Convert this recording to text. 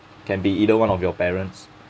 can be either one of your parents